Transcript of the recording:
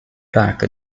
placa